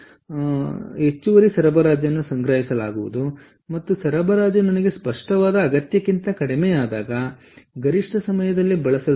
ಆದ್ದರಿಂದ ನನ್ನಲ್ಲಿರುವ ಹೆಚ್ಚುವರಿ ಸರಬರಾಜನ್ನು ಸಂಗ್ರಹಿಸಲಾಗುವುದು ಮತ್ತು ಸರಬರಾಜು ನನಗೆ ಸ್ಪಷ್ಟವಾದ ಅಗತ್ಯಕ್ಕಿಂತ ಕಡಿಮೆಯಾದಾಗ ಗರಿಷ್ಠ ಸಮಯದಲ್ಲಿ ಬಳಸಲ್ಪಡುತ್ತದೆ